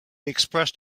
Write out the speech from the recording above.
expressed